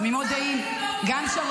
אני פונה אליהן --- היחידה שהגנה עלייך מול שר